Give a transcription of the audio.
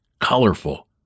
colorful